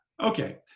Okay